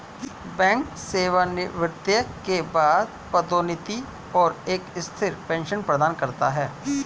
bank सेवानिवृत्ति के बाद पदोन्नति और एक स्थिर पेंशन प्रदान करता है